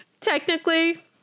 Technically